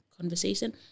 conversation